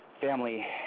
family